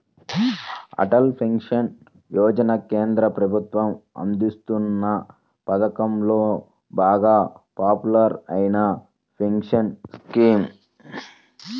Atal pension Yojana కేంద్ర ప్రభుత్వం అందిస్తోన్న పథకాలలో బాగా పాపులర్ అయిన పెన్షన్ స్కీమ్